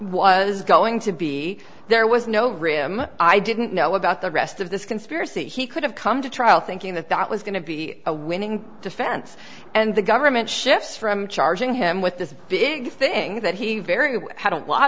was going to be there was no rhythm didn't know about the rest of this conspiracy he could have come to trial thinking that that was going to be a winning defense and the government shifts from charging him with this big thing that he very well had a lot